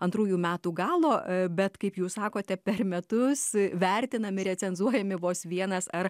antrųjų metų galo bet kaip jūs sakote per metus vertinami recenzuojami vos vienas ar